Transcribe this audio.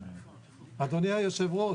אדוני יושב הראש,